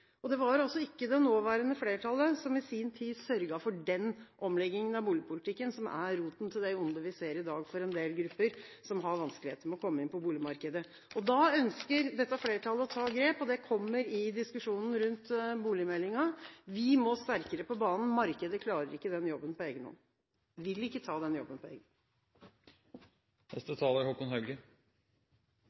Og det var altså ikke det nåværende flertallet som i sin tid sørget for den omleggingen av boligpolitikken, som er roten til det ondet vi ser i dag for en del grupper som har vanskeligheter med å komme inn på boligmarkedet. Da ønsker dette flertallet å ta grep, og det kommer i diskusjonen rundt boligmeldingen. Vi må sterkere på banen. Markedet klarer ikke den jobben på egen hånd – eller vil ikke ta den jobben på egen hånd. Jeg skal være kort. Jeg er